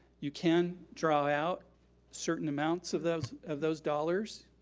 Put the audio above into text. you can draw out certain amounts of those of those dollars,